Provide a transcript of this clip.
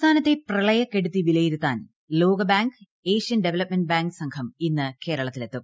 സംസ്ഥാനത്തെ പ്രളയക്കെടുതി വിലയിരുത്താൻ ലോകബാങ്ക് ഏഷ്യൻ ഡെവലപ്മെന്റ് ബാങ്ക് സംഘ് ക്കുഇന്ന് കേരളത്തിലെത്തും